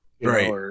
right